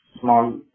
small